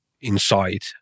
inside